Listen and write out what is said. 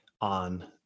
on